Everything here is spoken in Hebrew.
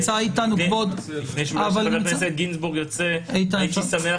חבר הכנסת גינזבורג, אני חושב